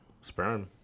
sperm